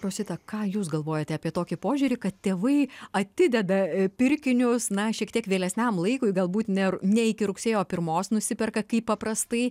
rosita ką jūs galvojate apie tokį požiūrį kad tėvai atideda pirkinius na šiek tiek vėlesniam laikui galbūt ne ne iki rugsėjo pirmos nusiperka kaip paprastai